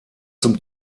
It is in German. zum